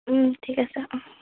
ঠিক আছে অহ